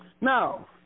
Now